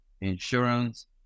Insurance